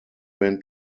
went